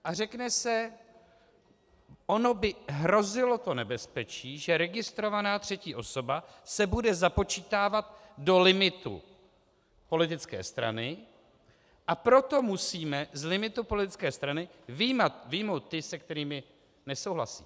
A řekne se: ono by hrozilo to nebezpečí, že registrovaná třetí osoba se bude započítávat do limitu politické strany, a proto musíme z limitu politické strany vyjmout ty, se kterými nesouhlasí.